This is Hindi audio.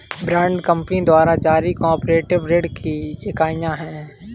बॉन्ड कंपनी द्वारा जारी कॉर्पोरेट ऋण की इकाइयां हैं